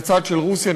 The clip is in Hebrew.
לצד של רוסיה,